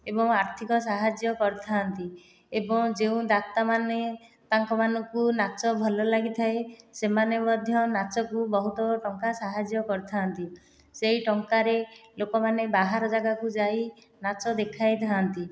ଏବଂ ଆର୍ଥିକ ସାହାଯ୍ୟ କରିଥାନ୍ତି ଏବଂ ଯେଉଁ ଦାତା ମାନେ ତାଙ୍କ ମାନଙ୍କୁ ନାଚ ଭଲ ଲାଗିଥାଏ ସେମାନେ ମଧ୍ୟ ନାଚକୁ ବହୁତ ଟଙ୍କା ସାହାଯ୍ୟ କରିଥାନ୍ତି ସେହି ଟଙ୍କାରେ ଲୋକମାନେ ବାହାର ଯାଗାକୁ ଯାଇ ନାଚ ଦେଖାଇଥାନ୍ତି